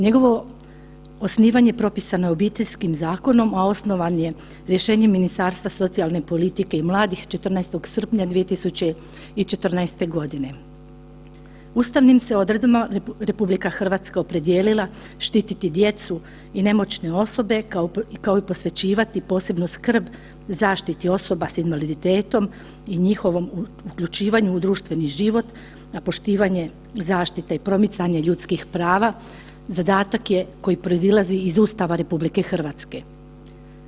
Njegovo osnivanje propisano je Obiteljskim zakonom, a osnovan je rješenjem Ministarstva socijalne politike i mladih 14. srpnja 2014.g. Ustavnim se odredbama RH opredijelila štititi djecu i nemoćne osobe kao i posvećivati posebnu skrb zaštiti osoba s invaliditetom i njihovom uključivanju u društveni život na poštivanje zaštite i promicanje ljudskih prava zadatak je koji proizilazi iz Ustava RH.